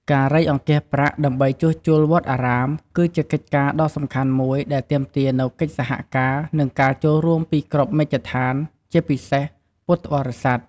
ការរៃអង្គាសប្រាក់ដើម្បីជួសជុលវត្តអារាម គឺជាកិច្ចការដ៏សំខាន់មួយដែលទាមទារនូវកិច្ចសហការ និងការចូលរួមពីគ្រប់មជ្ឈដ្ឋាន ជាពិសេសពុទ្ធបរិស័ទ។